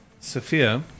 Sophia